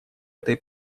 этой